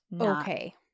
okay